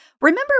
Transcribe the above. remember